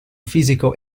fisico